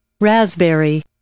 raspberry